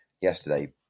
Yesterday